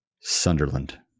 sunderland